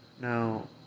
Now